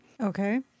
Okay